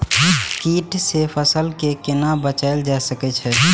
कीट से फसल के कोना बचावल जाय सकैछ?